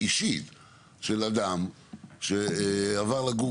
של אדם שעבר לגור